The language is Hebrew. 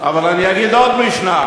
אבל אני אגיד עוד משנה.